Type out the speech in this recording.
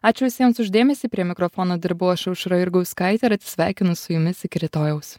ačiū visiems už dėmesį prie mikrofono dirbau aš aušra jurgauskaitė ir atsisveikinu su jumis iki rytojaus